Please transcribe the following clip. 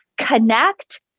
connect